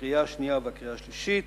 לקריאה השנייה ולקריאה השלישית.